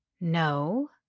No